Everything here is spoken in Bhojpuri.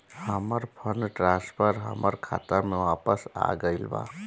हमर फंड ट्रांसफर हमर खाता में वापस आ गईल बा